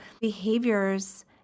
behaviors